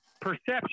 perception